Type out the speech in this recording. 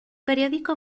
periódico